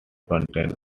contains